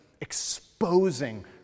exposing